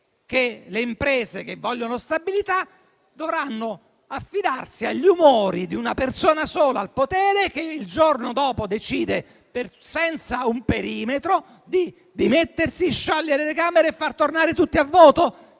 le imprese che vogliono stabilità dovranno affidarsi agli umori di una persona sola al potere, che il giorno dopo potrebbe decidere senza un perimetro di dimettersi, sciogliere le Camere e far tornare tutti al voto?